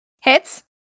Hits